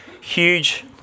huge